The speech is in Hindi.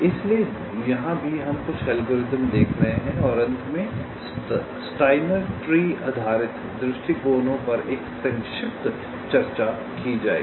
इसलिए यहाँ भी हम कुछ एल्गोरिदम देख रहे हैं और अंत में स्टाइनर ट्री आधारित दृष्टिकोणों पर एक संक्षिप्त चर्चा की जाएगी